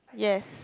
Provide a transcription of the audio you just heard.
yes